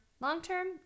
Long-term